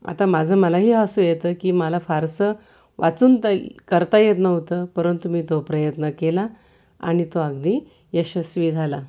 आता माझं मलाही हसू येतं की मला फारसं वाचून तरी करता येत नव्हतं परंतु मी तो प्रयत्न केला आणि तो अगदी यशस्वी झाला